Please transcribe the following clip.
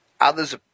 others